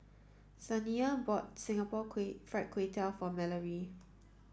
Saniya bought Singapore Kway Fried Kway Tiao for Mallory